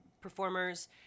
performers